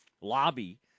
lobby